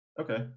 Okay